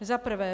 Za prvé.